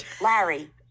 Larry